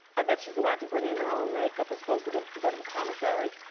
i bet she's allowed to bring in her own makeup as opposed to to go to the commissary.